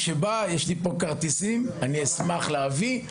מי שרוצה לבוא יש לי פה כרטיסים ואשמח גם להביא.